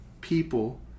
people